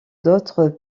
d’autres